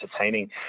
entertaining